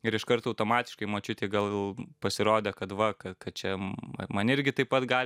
ir iškart automatiškai močiutei gal pasirodė kad va kad kad čia man irgi taip pat gali